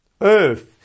earth